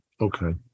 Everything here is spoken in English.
Okay